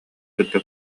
кытта